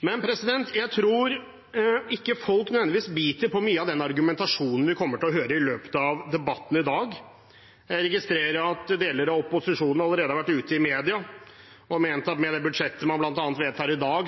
Men jeg tror ikke folk nødvendigvis biter på mye av den argumentasjonen vi kommer til å få høre i løpet av debatten i dag. Jeg registrerer at deler av opposisjonen allerede har vært ute i media og bl.a. ment at med det budsjettet man vedtar i dag,